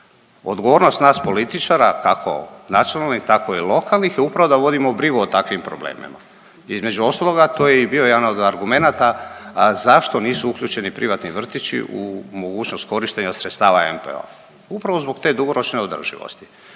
Odgovornost nas političara kako nacionalnih tako i lokalnih je upravo da vodimo brigu o takvim problemima. Između ostaloga to je i bio jedan od argumenata zašto nisu uključeni privatni vrtići u mogućnost korištenja sredstava NPO-a, upravo zbog te dugoročne održivosti.